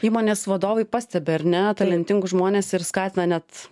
įmonės vadovai pastebi ar ne talentingus žmones ir skatina net